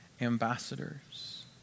ambassadors